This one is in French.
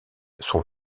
son